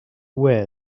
wear